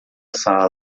sala